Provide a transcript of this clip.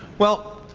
well,